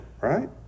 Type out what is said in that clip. right